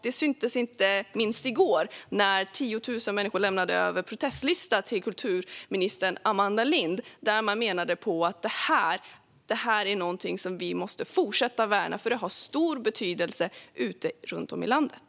Det syntes inte minst i går, när tiotusen människor lämnade över en protestlista till kulturminister Amanda Lind med budskapet att detta är någonting vi måste fortsätta värna. Det har nämligen stor betydelse runt om i landet.